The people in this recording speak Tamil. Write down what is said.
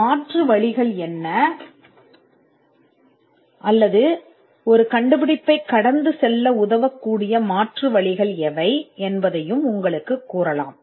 மாற்று வழிகள் என்ன அல்லது ஒரு கண்டுபிடிப்பை மாற்று வழிகளால் கடக்கக்கூடிய வழிகள் என்ன என்பதையும் இது உங்களுக்குக் கூறலாம்